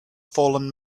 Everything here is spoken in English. fallen